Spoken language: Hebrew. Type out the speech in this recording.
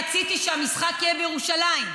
רציתי שהמשחק יהיה בירושלים,